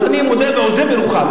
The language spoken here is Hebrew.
אז אני, מודה ועוזב ירוחם.